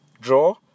draw